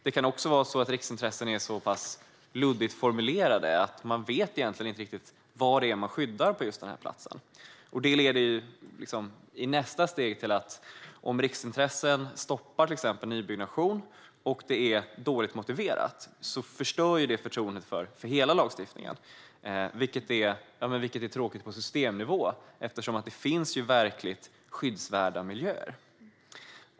Det kan också vara så att reglerna i fråga om riksintressen är så luddigt formulerade att man inte riktigt vet vad det är man skyddar på just denna plats. Om riksintressen stoppar nybyggnation och det hela är dåligt motiverat leder detta i nästa steg till att förstöra förtroendet för hela lagstiftningen. Det är tråkigt på systemnivå, eftersom det finns verkligt skyddsvärda miljöer.